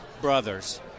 brothers